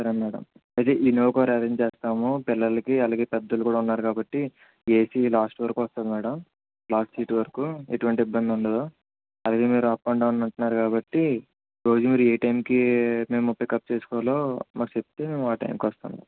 సరే మేడం అయితే Innova car arrange చేస్తాను పిల్లలకి వాళ్ళకి పెద్దలు కూడా ఉన్నారు కాబట్టి ఏసీ లాస్ట్ వరకు వస్తుంది మేడం లాస్ట్ సీట్ వరకు ఎటువంటి ఇబ్బంది ఉండదు అది మీరు అప్ అండ్ డౌన్ అంటున్నారు కాబట్టి రోజు మీరు ఏ టైంకి పికప్ చేసుకోవాలో మాకు చెప్తే మేము ఆ టైంకి వస్తాము